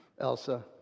Elsa